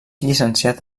llicenciat